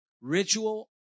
Ritual